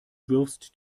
wirfst